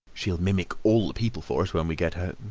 she'll mimic all the people for us when we get home.